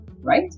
right